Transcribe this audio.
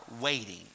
waiting